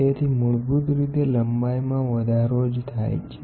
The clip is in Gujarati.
તેથી મૂળભૂત રીતે લંબાઈમાં વધારો જ થાય છે